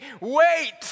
wait